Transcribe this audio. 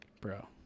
bro